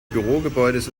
bürogebäudes